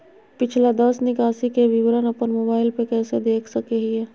पिछला दस निकासी के विवरण अपन मोबाईल पे कैसे देख सके हियई?